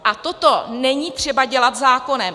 A toto není třeba dělat zákonem.